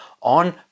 on